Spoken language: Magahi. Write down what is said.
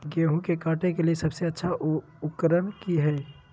गेहूं के काटे के लिए सबसे अच्छा उकरन की है?